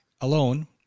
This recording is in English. alone